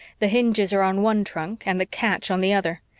the hinges are on one trunk and the catch on the other.